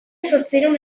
zortziehun